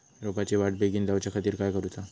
रोपाची वाढ बिगीन जाऊच्या खातीर काय करुचा?